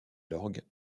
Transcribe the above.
l’orgue